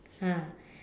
ah